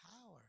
power